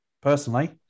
personally